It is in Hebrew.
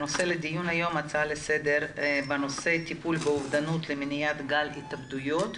הנושא לדיון היום הצעה לסדר בנושא טיפול באובדנות למניעת גל התאבדויות,